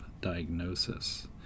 diagnosis